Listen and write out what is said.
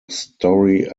story